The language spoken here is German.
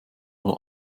oder